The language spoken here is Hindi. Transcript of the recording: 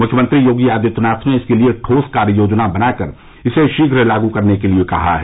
मुख्यमंत्री योगी आदित्यनाथ ने इसके लिये ठोस कार्य योजना बना कर इसे शीघ्र लागू करने के लिये कहा है